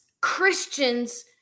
Christians